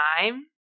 time